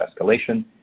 escalation